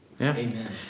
Amen